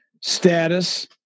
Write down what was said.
status